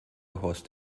horst